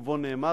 ובו נאמר,